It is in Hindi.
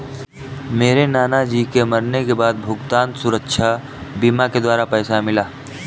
मेरे नाना जी के मरने के बाद भुगतान सुरक्षा बीमा के द्वारा पैसा मिला